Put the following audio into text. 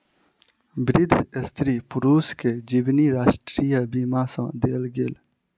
वृद्ध स्त्री पुरुष के जीवनी राष्ट्रीय बीमा सँ देल गेल